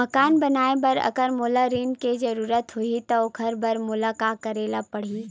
मकान बनाये बर अगर मोला ऋण के जरूरत होही त ओखर बर मोला का करे ल पड़हि?